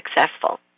successful